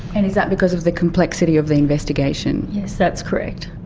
and is that because of the complexity of the investigation? yes, that's correct.